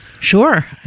Sure